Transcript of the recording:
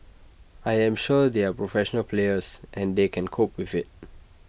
I am sure they are professional players and they can cope with IT